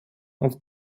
off